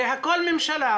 זה הכול ממשלה,